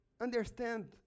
understand